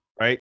Right